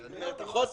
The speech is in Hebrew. ההיגיון הוא לא נכון.